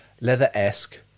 leather-esque